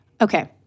okay